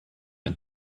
and